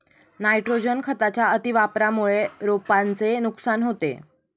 nitrogen खताच्या अतिवापरामुळे रोपांचे नुकसान होते